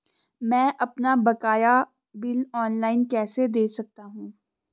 मैं अपना बकाया बिल ऑनलाइन कैसे दें सकता हूँ?